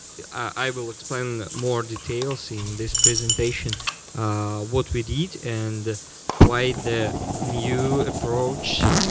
i will explain more details in this presentation what we did, and why the new approach,